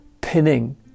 pinning